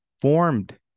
formed